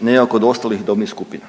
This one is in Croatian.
nego kod ostalih dobnih skupina.